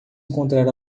encontrar